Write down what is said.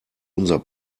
unser